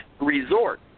resort